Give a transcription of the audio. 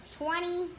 twenty